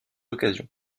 occasion